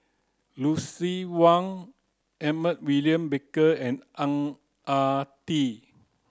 Lucien Wang Edmund William Barker and Ang Ah Tee